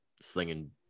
slinging